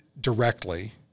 directly